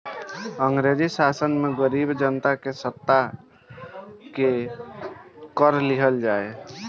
अंग्रेजी शासन में गरीब जनता के सता सता के कर लिहल जाए